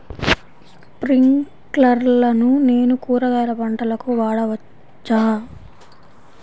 స్ప్రింక్లర్లను నేను కూరగాయల పంటలకు వాడవచ్చా?